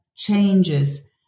Changes